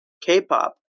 k-pop